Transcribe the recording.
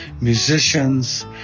musicians